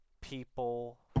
People